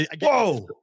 Whoa